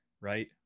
right